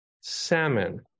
Salmon